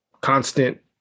constant